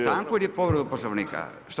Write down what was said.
Stanku ili povredu Poslovnika?